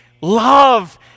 love